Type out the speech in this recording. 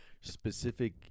specific